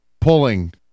pulling